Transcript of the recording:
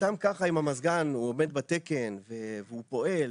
סתם ככה אם המזגן עומד בתקן והוא פועל,